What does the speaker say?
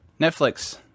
Netflix